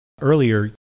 earlier